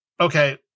okay